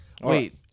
Wait